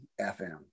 FM